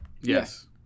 Yes